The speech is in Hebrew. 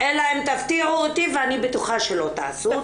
אלא אם תפתיעו אותי ואני בטוחה שלא תעשו,